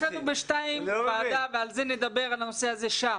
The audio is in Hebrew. יש לנו ב-14:00 ועדה ונדבר על הנושא הזה שם.